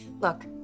Look